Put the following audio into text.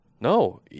No